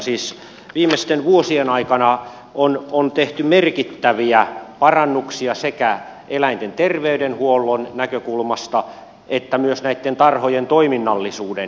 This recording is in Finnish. siis viimeisten vuosien aikana on tehty merkittäviä parannuksia sekä eläinten terveydenhuollon näkökulmasta että myös näitten tarhojen toiminnallisuuden näkökulmasta